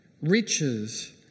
riches